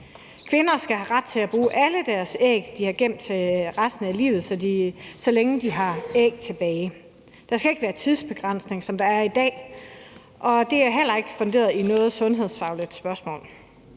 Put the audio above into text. Kvinder skal have ret til at bruge alle deres æg, som de har gemt til resten af livet, så længe de har æg tilbage. Der skal ikke være tidsbegrænsning, som der er i dag – og det er heller ikke funderet i noget sundhedsfagligt spørgsmål.